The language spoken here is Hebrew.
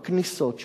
בכניסות,